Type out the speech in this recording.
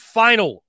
final